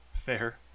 Fair